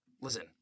listen